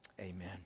Amen